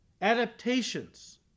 adaptations